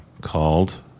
called